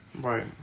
Right